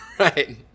Right